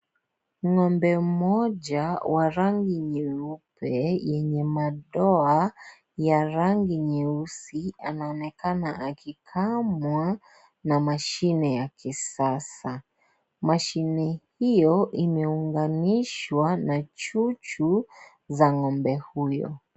Ng'ombe mmoja wa rangi nyeupe yenye madoa ya rangi nyeusi anaonekana akikamwa na mashine ya kisasa. Mashine hiyo imeunganishwa na chuchu za ng'ombe huyo.